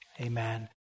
Amen